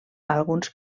alguns